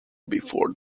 before